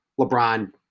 LeBron